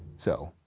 so.